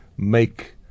make